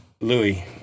louis